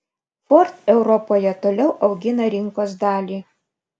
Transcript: ford europoje toliau augina rinkos dalį